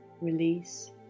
release